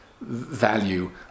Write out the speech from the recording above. value